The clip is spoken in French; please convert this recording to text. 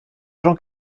jean